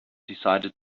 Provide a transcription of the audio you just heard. decided